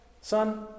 son